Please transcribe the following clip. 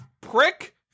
prick